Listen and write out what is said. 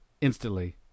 instantly